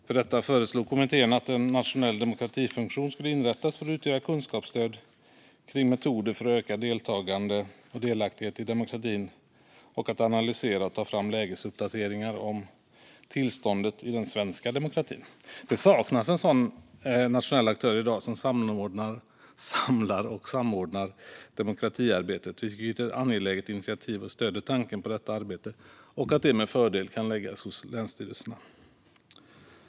För detta föreslog kommittén att en nationell demokratifunktion ska inrättas för att utgöra kunskapsstöd kring metoder för att öka deltagande och delaktighet i demokratin samt analysera och ta fram lägesuppdateringar om tillståndet i den svenska demokratin. Det saknas i dag en sådan nationell aktör som samlar och samordnar demokratiarbetet. Vi tycker att det är ett angeläget initiativ och stöder tanken på att detta arbete med fördel kan läggas hos länsstyrelserna.